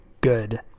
Good